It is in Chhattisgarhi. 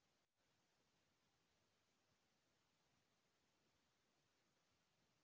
सहकारी दुर्घटना बीमा योजना म कतेक लाख रुपिया किसान ल मिलथे?